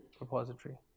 repository